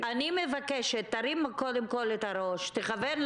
מי נכנס לקו עכשיו?